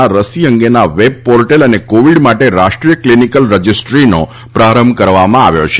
ના રસી અંગેના વેબ પોર્ટલ અને કોવિડ માટે રાષ્ટ્રીય ક્લિનિકલ રજિસ્ટ્રીનો પ્રારંભ કરવામાં આવ્યો છે